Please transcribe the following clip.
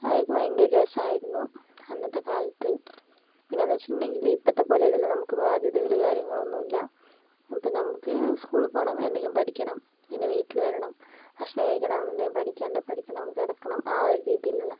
അത് ഭയങ്കര രസമായിരുന്നു അന്നത്തെക്കാലത്ത് പിന്നെ എന്ന് വെച്ചിട്ടുണ്ടെങ്കില് ഇപ്പത്തെപ്പോലെയല്ലല്ലോ നമുക്ക് ബാധ്യതകള് കാര്യങ്ങള് ഒന്നുമില്ല അപ്പോൾ നമുക്ക് സ്കൂളിൽ പോകണം എന്തെങ്കിലും പഠിക്കണം പിന്നെ വീട്ടില് വരണം ഭക്ഷണം കഴിക്കണം പിന്നെ പഠിക്കേണ്ടത് പഠിക്കണം കിടക്കണം ആ ഒരു രീതിയിലുള്ള